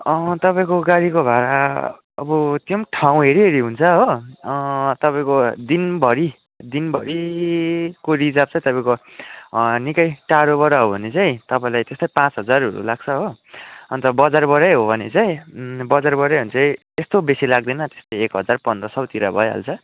तपाईँको गाडीको भाडा अब त्यो पनि ठाँउ हेरिहेरि हुन्छ हो तपाईँको दिनभरि दिनभरिको रिजर्भ चाहिँ तपाईँको निकै टाढोबाट हो भने चाहिँ तपाईँलाई पाँच हजारहरू लाग्छ हो अन्त बजारबाटै हो भने चाहिँ बजारबाटै हो भने चाहिँ यस्तो बेसी लाग्दैन त्यस्तै एक हजार पन्ध्र सयतिर भइहाल्छ